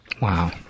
Wow